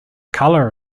color